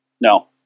no